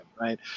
right